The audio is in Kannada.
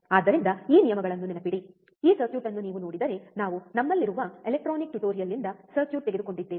ಆದ್ದರಿಂದ ಈ ನಿಯಮಗಳನ್ನು ನೆನಪಿಡಿ ಈ ಸರ್ಕ್ಯೂಟ್ ಅನ್ನು ನೀವು ನೋಡಿದರೆ ನಾವು ನಮ್ಮಲ್ಲಿರುವ ಎಲೆಕ್ಟ್ರಾನಿಕ್ ಟ್ಯುಟೋರಿಯಲ್ಗಳಿಂದ ಸರ್ಕ್ಯೂಟ್ ತೆಗೆದುಕೊಂಡಿದ್ದೇವೆ